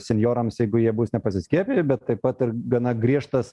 senjorams jeigu jie bus nepasiskiepiję bet taip pat ir gana griežtas